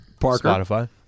Spotify